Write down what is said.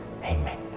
Amen